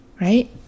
right